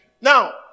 Now